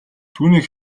түүнийг